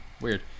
weird